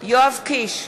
יואב קיש,